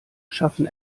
schaffen